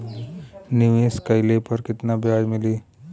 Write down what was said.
निवेश काइला पर कितना ब्याज मिली?